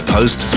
Post